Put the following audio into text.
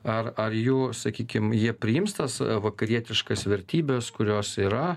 ar ar jų sakykim jie priims tas vakarietiškas vertybes kurios yra